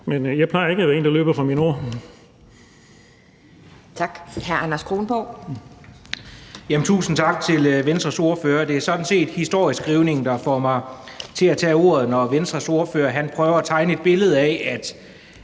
Kjærsgaard): Tak. Hr. Anders Kronborg. Kl. 18:36 Anders Kronborg (S): Tusind tak til Venstres ordfører. Det er sådan set historieskrivning, der får mig til at tage ordet, når Venstres ordfører prøver at tegne et billede af, at